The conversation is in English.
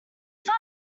fun